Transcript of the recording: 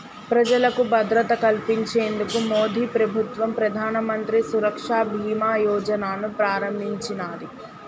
ప్రజలకు భద్రత కల్పించేందుకు మోదీప్రభుత్వం ప్రధానమంత్రి సురక్ష బీమా యోజనను ప్రారంభించినాది